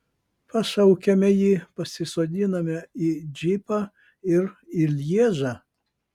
pašaukiame jį pasisodiname į džipą ir į lježą